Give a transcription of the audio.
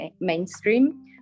mainstream